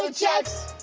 ah checks